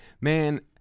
man